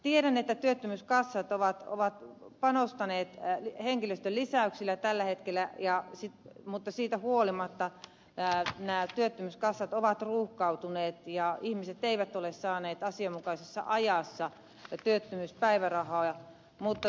tiedän että työttömyyskassat ovat panostaneet henkilöstön lisäyksillä tällä hetkellä mutta siitä huolimatta nämä työttömyyskassat ovat ruuhkautuneet ja ihmiset eivät ole saaneet asianmukaisessa ajassa työttömyyspäivärahaa